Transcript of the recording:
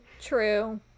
True